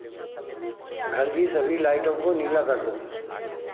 घर की सभी लाइटों को नीला कर दो